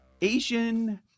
asian